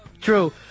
true